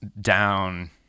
down